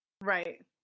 Right